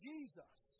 Jesus